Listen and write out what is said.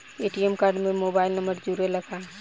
ATM card में mobile number जुरेला का?